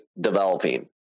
developing